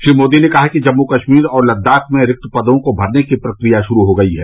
श्री मोदी ने कहा कि जम्मू कश्मीर और लद्दाख में रिक्त पदों को भरने की प्रक्रिया शुरू हो गई है